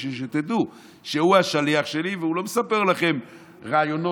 כדי שתדעו שהוא השליח שלי והוא לא מספר לכם רעיונות